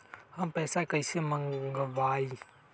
हम पैसा कईसे मंगवाई?